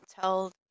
tell